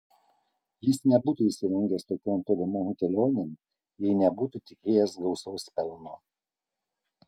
jis nebūtų išsirengęs tokion tolimon kelionėn jei nebūtų tikėjęsis gausaus pelno